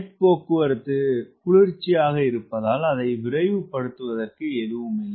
jet போக்குவரத்து குளிர்ச்சியாக இருப்பதால் அதை விரைவுபடுத்துவதற்கு எதுவும் இல்லை